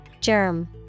Germ